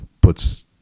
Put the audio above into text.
puts